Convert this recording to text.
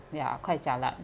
ya quite jialat